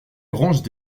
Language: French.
branches